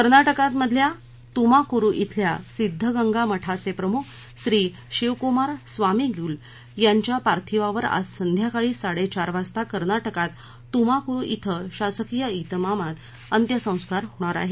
कर्नाटकमधल्या तुमाकुरु इथल्या सिद्ध गंगा मठाचे प्रमुख श्री शिव कुमार स्वामीगेलू यांच्या पार्थिवावर आज संध्याकाळी साडेचार वाजता कर्नाटकात तुमाकुरु इथं शासकीय इतमामात अंत्यसंस्कार होणार आहेत